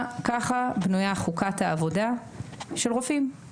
כמעט 400 שעות וירוויח 8,000 שקלים בחודש,